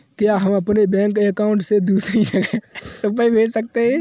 क्या हम अपने बैंक अकाउंट से दूसरी जगह रुपये भेज सकते हैं?